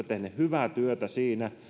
tehnyt hyvää työtä siinä meillä